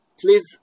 please